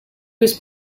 was